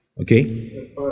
Okay